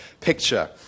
picture